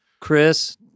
Chris